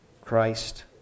Christ